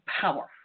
power